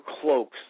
cloaks